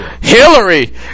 Hillary